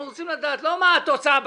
אנחנו רוצים לדעת לא את התוצאה בסוף,